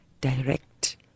direct